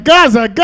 Gaza